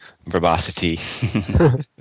verbosity